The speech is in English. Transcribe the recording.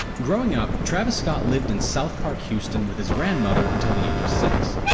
growing up, travis scott lived in south park, houston with his grandmother until the age of six,